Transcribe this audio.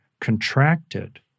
contracted